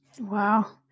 Wow